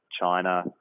China